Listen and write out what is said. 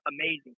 amazing